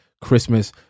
Christmas